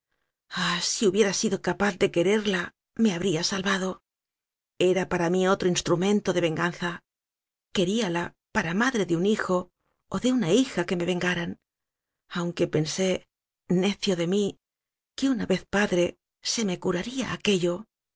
ah si hubiera sido capaz de quererla me habría salvado era para mí otro instrumento de venganza qué mala para madre de un hijo o de una hija que me vengaran aunque pensé necio de mí que una vez padre se me curaría aquello